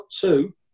two